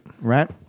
Right